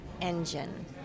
engine